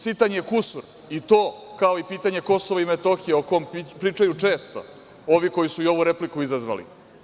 Sitan je kusur i to kao i pitanje Kosova i Metohije, o kome pričaju često ovi koji su ovu repliku izazvali.